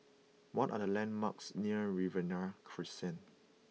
what are the landmarks near Riverina Crescent